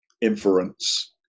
inference